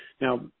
Now